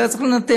היה צריך לנתח.